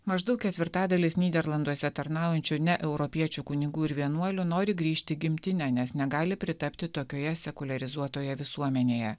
maždaug ketvirtadalis nyderlanduose tarnaujančių ne europiečių kunigų ir vienuolių nori grįžti į gimtinę nes negali pritapti tokioje sekuliarizuotoje visuomenėje